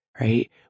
right